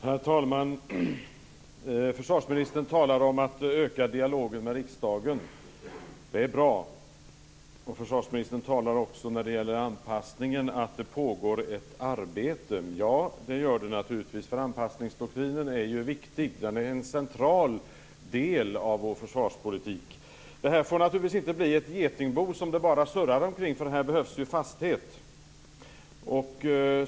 Herr talman! Försvarsministern talar om att öka dialogen med riksdagen. Det är bra. Försvarsministern talar också om att det pågår ett arbete när det gäller anpassningen. Det gör det naturligtvis. Anpassningsdoktrinen är ju viktig. Den är en central del av vår försvarspolitik. Detta får naturligtvis inte bli ett getingbo som det bara surrar omkring. Här behövs ju fasthet.